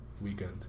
weekend